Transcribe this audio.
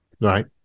Right